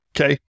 Okay